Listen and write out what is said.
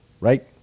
Right